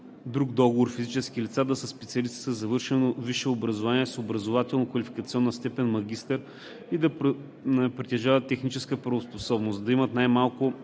друг договор физически лица, да са специалисти със завършено висше образование с образователно-квалификационна степен „магистър“ и да притежават техническа правоспособност, да имат най-малко